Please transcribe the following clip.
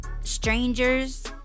Strangers